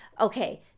okay